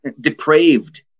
depraved